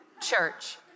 church